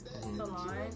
salon